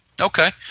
Okay